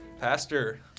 Pastor